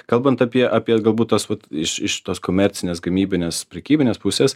kalbant apie apie galbūt tas vat iš iš tos komercinės gamybinės prekybinės pusės